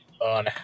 on